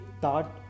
thought